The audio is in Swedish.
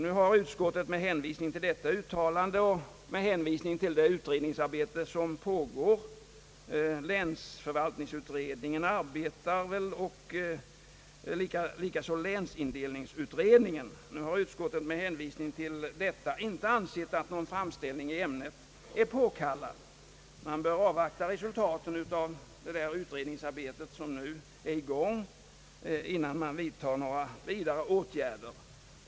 Nu har utskottet med hänvisning till detta uttalande och med hänvisning till det utredningsarbete som pågår — länsförvaltningsutredningen och länsindelningsutredningen — inte ansett att någon framställning i ämnet är påkallad, utan att man bör avvakta resultaten av det utredningsarbete som nu är i gång innan man vidtar några ytterligare åtgärder.